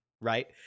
right